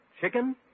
chicken